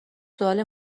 سوال